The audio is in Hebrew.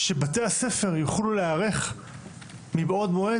כדי שבתי הספר יוכלו להיערך מבעוד מועד